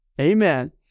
Amen